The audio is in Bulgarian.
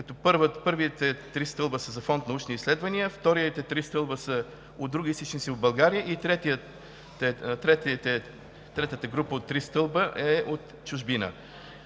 Първите три стълба са за Фонд „Научни изследвания“, вторите три стълба са от други източници от България и третата група от три стълба е от чужбина.